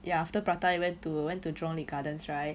ya after prata we went to we went to jurong lake gardens right